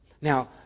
Now